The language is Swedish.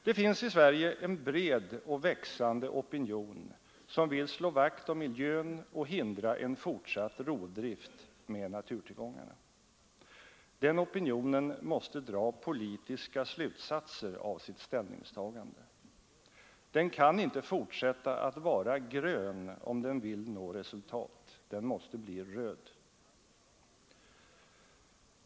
Det finns i Sverige en bred och växande opinion som vill slå vakt om miljön och hindra en fortsatt rovdrift med naturtillgångarna. Den opinionen måste dra politiska slutsatser av sitt ställningstagande. Den kan inte fortsätta att vara grön, om den vill nå resultat, den måste bli röd.